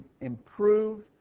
improved